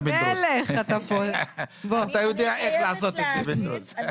אתה יודע איך לעשות את זה, פינדרוס.